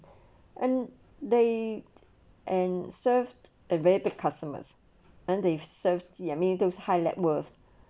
and they and served ave to customers and they've served those highlight worth